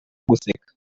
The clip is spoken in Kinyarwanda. guseka